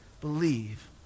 believe